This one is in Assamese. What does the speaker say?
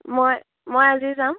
মই মই আজি যাম